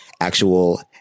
actual